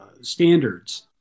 standards